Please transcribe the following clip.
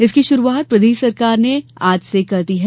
इसकी शुरूआत प्रदेश सरकार ने आज से कर दी है